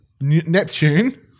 Neptune